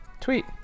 Tweet